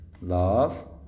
love